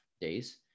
days